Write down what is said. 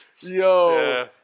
Yo